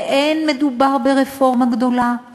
ואין מדובר ברפורמה גדולה,